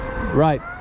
Right